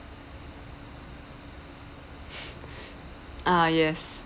ah yes